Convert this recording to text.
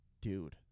Dude